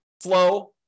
flow